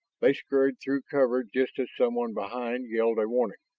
they scurried through cover just as someone behind yelled a warning.